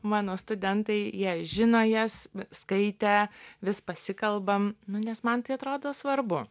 mano studentai jie žino jas skaitė vis pasikalbam nes man tai atrodo svarbu